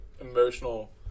emotional